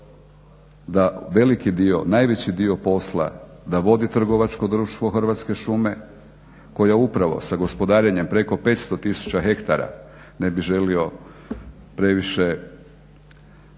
da veliki dio, najveći dio posla da vodi Trgovačko društvo Hrvatske šume koja upravo sa gospodarenjem preko 500 tisuća hektara, ne bi želio previše govoriti